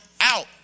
out